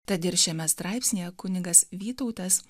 tad ir šiame straipsnyje kunigas vytautas